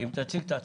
אם תציג את עצמך.